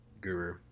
guru